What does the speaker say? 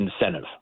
incentive